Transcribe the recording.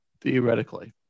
theoretically